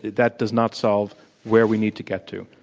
that does not solve where we need to get to.